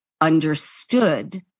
understood